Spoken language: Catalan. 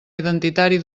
identitari